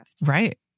Right